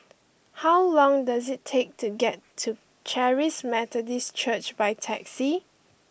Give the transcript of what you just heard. how long does it take to get to Charis Methodist Church by taxi